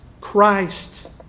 Christ